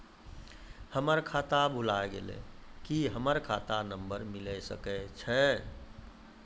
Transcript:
हमर खाता भुला गेलै, की हमर खाता नंबर मिले सकय छै?